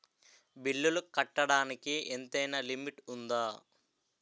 బిల్లులు కట్టడానికి ఎంతైనా లిమిట్ఉందా?